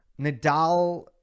Nadal